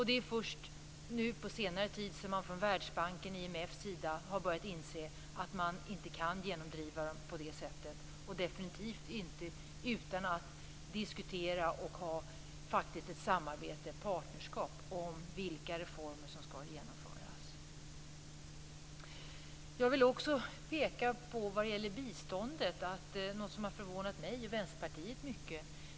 Det är först på senare tid som man från Världsbankens, IMF:s, sida har börjat inse att man inte kan genomdriva dem på det sättet, definitivt inte utan att diskutera och ha ett samarbete, ett partnerskap, om vilka reformer som skall genomföras. Jag vill också peka på något som gäller biståndet som har förvånat mig och Vänsterpartiet mycket.